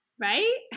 right